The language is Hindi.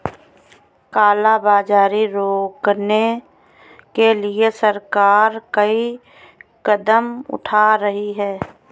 काला बाजारी रोकने के लिए सरकार कई कदम उठा रही है